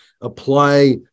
apply